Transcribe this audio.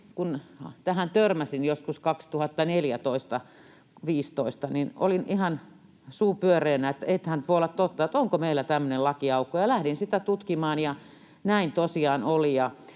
tähän törmäsin joskus 2014—2015, olin ihan suu pyöreänä, että ei tämä nyt voi olla totta, onko meillä tämmöinen lakiaukko. Lähdin sitä tutkimaan, ja näin tosiaan oli,